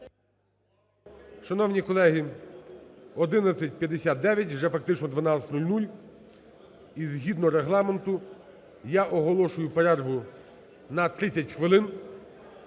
Шановні колеги, 11:59, вже фактично 12:00. І згідно Регламенту я оголошую перерву на 30 хвилин.